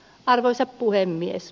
arvoisa puhemies